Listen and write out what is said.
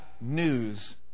news